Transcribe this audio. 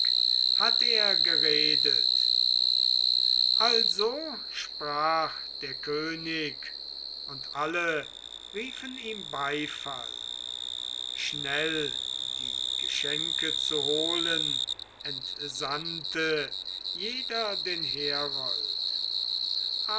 hat er geredet also sprach der könig und alle riefen ihm beifall schnell die geschenke zu holen entsandte jeder den herold